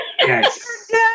Yes